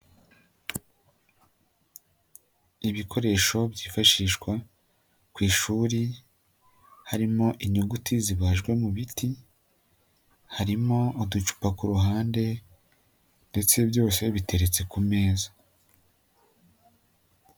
Ibikoresho byifashishwa ku ishuri harimo inyuguti zibajwe mu biti, harimo uducupa ku ruhande ndetse byose biteretse ku meza.